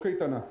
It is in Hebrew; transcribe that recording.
לקייטנה.